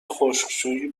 خشکشویی